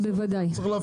צריך להפעיל.